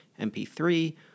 MP3